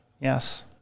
Yes